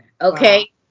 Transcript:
okay